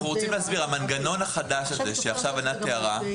המנגנון הזה שענת תיארה,